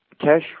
cash